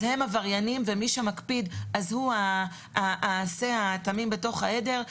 הם עבריינים ומי שמקפיד הוא השה התמים בתך העדר?